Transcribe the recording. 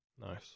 Nice